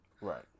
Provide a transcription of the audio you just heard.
Right